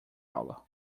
aula